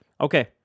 Okay